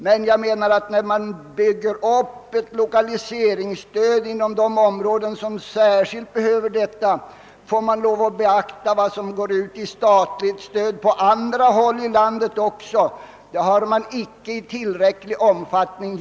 Men bygger man upp ett lokaliseringsstöd inom de områden som särskilt behöver ett sådant, får man lov att beakta även vad som ges i statligt stöd på andra håll i landet, och detta har inte skett i tillräcklig utsträckning.